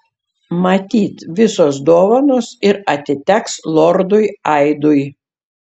matyt visos dovanos ir atiteks lordui aidui